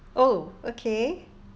oh okay